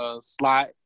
slot